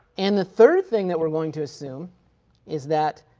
and the third thing that we're going to assume is that,